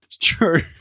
True